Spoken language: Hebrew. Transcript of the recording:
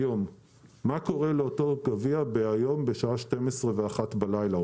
מה קורה לאותו גביע היום בשעה 24:00 או 01:00 בלילה,